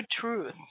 truth